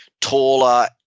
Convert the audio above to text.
taller